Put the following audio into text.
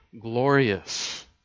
glorious